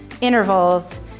intervals